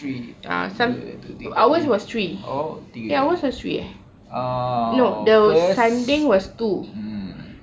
three tiga tu tiga oh tiga eh uh first mm